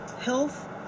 health